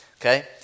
Okay